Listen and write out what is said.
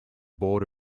board